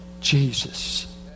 Jesus